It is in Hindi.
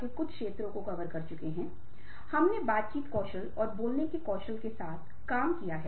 और आप इससे समझ सकते हैं कि यह भावनात्मक बुद्धिमत्ता कैसे भावनात्मक परिपक्वता है